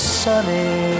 sunny